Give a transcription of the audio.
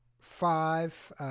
five